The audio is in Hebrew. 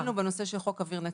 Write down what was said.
לא פעלנו בנושא של חוק אוויר נקי,